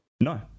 No